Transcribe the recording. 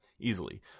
easily